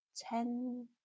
ten